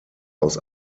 aus